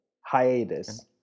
hiatus